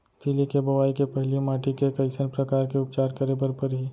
तिलि के बोआई के पहिली माटी के कइसन प्रकार के उपचार करे बर परही?